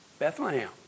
Bethlehem